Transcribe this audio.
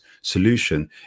solution